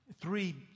three